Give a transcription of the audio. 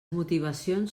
motivacions